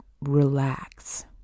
relax